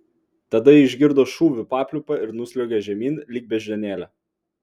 tada ji išgirdo šūvių papliūpą ir nusliuogė žemyn lyg beždžionėlė